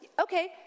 okay